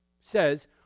says